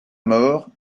mort